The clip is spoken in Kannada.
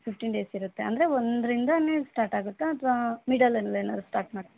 ಫಿಫ್ಟೀನ್ ಡೇಸ್ ಇರುತ್ತೆ ಅಂದರೆ ಒಂದ್ರಿಂದಲೇ ಸ್ಟಾರ್ಟ್ ಆಗುತ್ತಾ ಅಥ್ವಾ ಮಿಡಲಲ್ಲಿ ಏನಾದ್ರು ಸ್ಟಾರ್ಟ್ ಮಾಡಿ